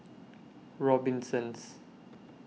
Robinsons